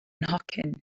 nhocyn